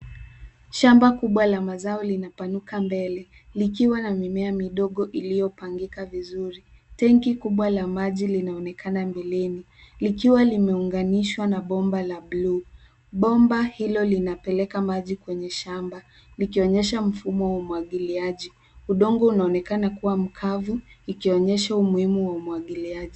Shamba kubwa la mazao linapanuka mbele likiwa na mimea midogo iliyopangika vizuri. Tenki kubwa la maji linaonekana mbeleni likiwa limeunganishwa na bomba la bluu. Bomba hilo linapeleka maji kwenye shamba likionyesha mfumo wa umwagiliaji. Udongo unaonekana kuwa mkavu ikionyesha umuhimu wa umwagiliaji.